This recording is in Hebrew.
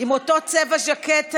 עם אותו צבע ז'קט היום.